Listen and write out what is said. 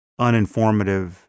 uninformative